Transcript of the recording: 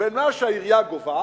בין מה שהעירייה גובה